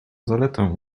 zaletą